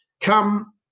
come